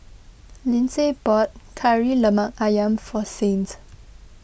Lyndsay bought Kari Lemak Ayam for Saint